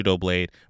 Blade